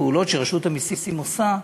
פעולות שרשות המסים עושה.